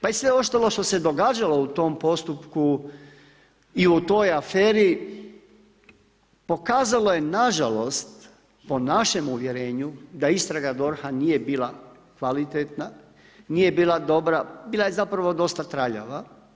Pa i sve ostalo što se događalo u tom postupku ili u toj aferi, pokazalo je, nažalost po našem uvjerenju, da istraga DORH-a nije bila kvalitetna, nije bila dobra, bila je zapravo dosta traljava.